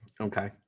Okay